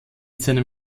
seinem